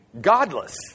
godless